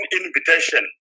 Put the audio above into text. invitation